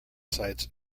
sites